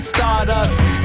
Stardust